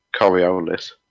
coriolis